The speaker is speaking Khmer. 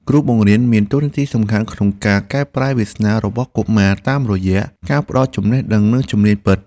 គ្រូបង្រៀនមានតួនាទីសំខាន់ក្នុងការកែប្រែវាសនារបស់កុមារតាមរយៈការផ្តល់ចំណេះដឹងនិងជំនាញពិត។